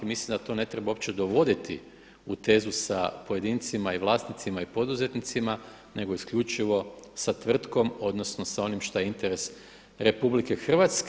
I mislim da tu ne treba uopće dovoditi u tezu sa pojedincima i vlasnicima i poduzetnicima nego isključivo sa tvrtkom, odnosno sa onim što je interes RH.